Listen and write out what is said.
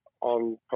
on